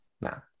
no